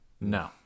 no